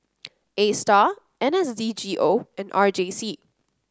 A Star N S D G O and R J C